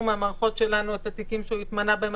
מהמערכות שלנו את התיקים שהוא התמנה בהם,